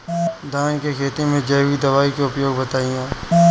धान के खेती में जैविक दवाई के उपयोग बताइए?